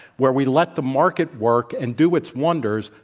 where we let the market work and do its wonders,